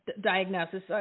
diagnosis